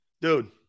dude